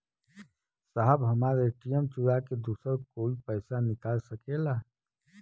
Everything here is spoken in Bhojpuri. साहब हमार ए.टी.एम चूरा के दूसर कोई पैसा निकाल सकेला?